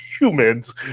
humans